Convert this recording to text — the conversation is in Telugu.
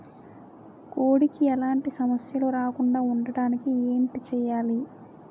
కోడి కి ఎలాంటి సమస్యలు రాకుండ ఉండడానికి ఏంటి చెయాలి?